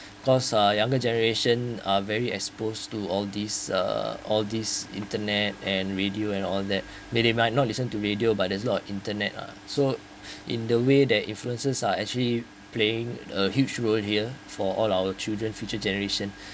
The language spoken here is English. cause uh younger generation are very exposed to all these uh all these internet and radio and all that they they might not listen to radio but there's a lot of internet lah so in the way that influences are actually playing a huge road here for all our children future generation